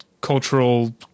cultural